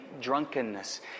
drunkenness